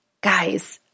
guys